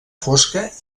fosca